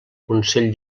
consell